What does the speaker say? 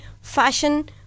fashion